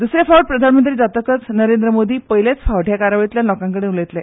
दुसरे फावट प्रधानमंत्री जातकच नरेंद्र मोदी पयले फावट हे कार्यावळींतल्यान लोकां कडेन उलयतले